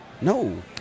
No